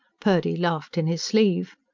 purdy laughed in his sleeve.